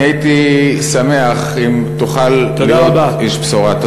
והייתי שמח אם תוכל להיות איש בשורה.